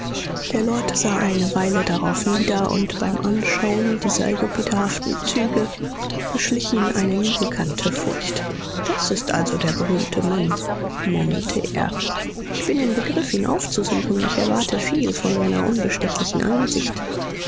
der lord sah eine weile darauf nieder und beim anschauen dieser jupiterhaften züge beschlich ihn eine niegekannte furcht das ist also der berühmte mann murmelte er ich bin im begriff ihn aufzusuchen ich erwarte viel von seiner unbestechlichen einsicht